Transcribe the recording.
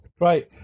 Right